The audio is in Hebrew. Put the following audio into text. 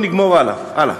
הלאה.